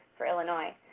for illinois.